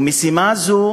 ומשימה זו